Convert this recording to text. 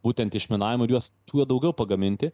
būtent išminavimui ir juos kuo daugiau pagaminti